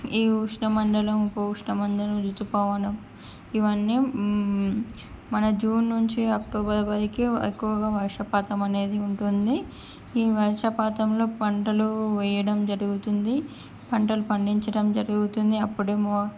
ఈ ఉష్ణ మండలం ఉప ఉష్ణ మండలం రుతుపవనం ఇవన్నీ మన జూన్ నుంచి అక్టోబర్ వరకి ఎక్కువగా వర్షపాతం అనేది ఉంటుంది ఈ వర్షపాతంలో పంటలు వేయడం జరుగుతుంది పంటలు పండించటం జరుగుతుంది అప్పుడేమో